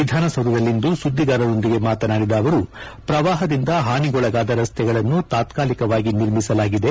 ವಿಧಾನಸೌಧದಲ್ಲಿಂದು ಸುದ್ಲಿಗಾರರೊಂದಿಗೆ ಮಾತನಾಡಿದ ಅವರು ಪ್ರವಾಪದಿಂದ ಹಾನಿಗೊಳಗಾದ ರಸ್ನೆಗಳನ್ನು ತಾತಾಲಿಕವಾಗಿ ನಿರ್ಮಿಸಲಾಗಿದೆ